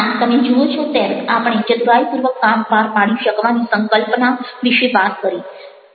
આમ તમે જુઓ છો તેમ આપણે ચતુરાઈપૂર્વક કામ પાર પાડી શકવાની સંકલ્પના વિશે વાત કરી